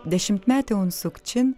dešimtmetė unsuk čin